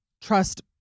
trust